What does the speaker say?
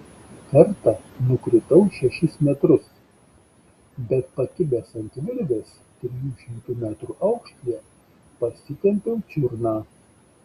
kartą nukritau šešis metrus bet pakibęs ant virvės trijų šimtų metrų aukštyje pasitempiau čiurną